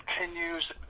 continues